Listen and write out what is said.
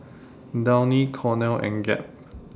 Downy Cornell and Gap